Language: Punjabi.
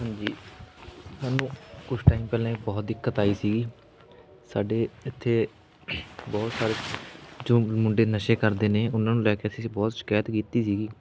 ਹਾਂਜੀ ਸਾਨੂੰ ਕੁਛ ਟਾਇਮ ਪਹਿਲਾਂ ਇਹ ਬਹੁਤ ਦਿੱਕਤ ਆਈ ਸੀਗੀ ਸਾਡੇ ਇੱਥੇ ਬਹੁਤ ਸਾਰੇ ਜੋ ਮੁੰਡੇ ਨਸ਼ੇ ਕਰਦੇ ਨੇ ਉਹਨਾਂ ਨੂੰ ਲੈ ਕੇ ਅਸੀਂ ਬਹੁਤ ਸ਼ਿਕਾਇਤ ਕੀਤੀ ਸੀਗੀ